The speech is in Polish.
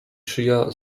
szyja